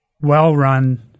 well-run